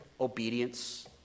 obedience